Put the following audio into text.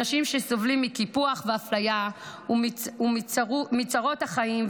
אנשים שסובלים מקיפוח ואפליה ומצרות החיים.